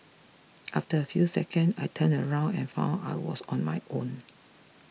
after a few seconds I turned around and found I was on my own